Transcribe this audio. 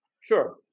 Sure